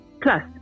plus